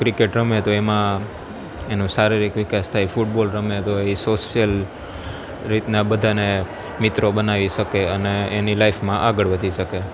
cricket રમે તો એમા એનો શારીરિક વિકાસ થાય ફૂટબોલ રમે તો એ સોસિયલ રીતના બધાને મિત્રો બનાવી શકે અને એની લાઈફમાં આગળ વધી શકે